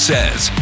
Says